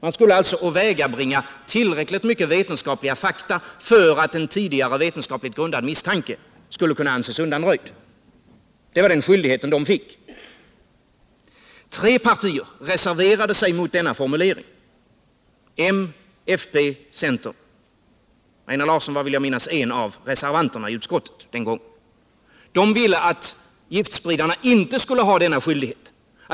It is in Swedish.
De skulle alltså åvägabringa tillräckligt många vetenskapliga fakta för att en tidigare vetenskapligt grundad misstanke skulle kunna anses undanröjd. Det var den skyldighet de fick. Tre partier reserverade sig mot denna formulering: m, fp, c. Einar Larsson var, vill jag minnas, en av reservanterna i utskottet den gången. De ville att giftspridarna inte skulle ha denna skyldighet.